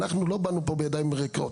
אנחנו לא באנו פה בידיים ריקות,